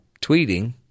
tweeting